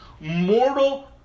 mortal